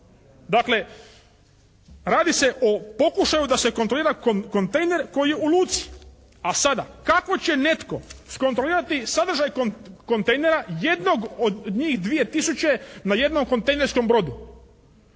Dakle radi se o pokušaju da se kontrolira kontejner koji je u luci, a sada kako će netko iskontrolirati sadržaj kontejnera jednog od njih 2 tisuće na jednom kontejnerskom brodu.